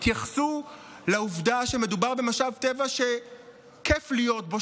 התייחסו לעובדה שמדובר במשאב טבע שכיף להיות בו,